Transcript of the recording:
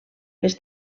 les